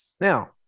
Now